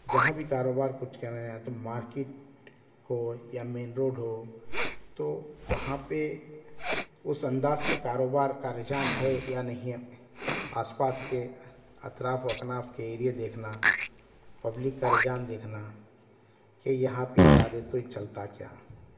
جہاں بھی کاروبار کچھ کرنا ہے تو مارکیٹ ہو یا مین روڈ ہو تو وہاں پہ اس انداز سے کاروبار کا رجحان ہے یا نہیں ہے آس پاس کے اطراف و اکناف کے ایریے دیکھنا پبلک کا رجحان دیکھنا کہ یہاں پہ ڈالے تو یہ چلتا کیا